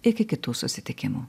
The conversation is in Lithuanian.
iki kitų susitikimų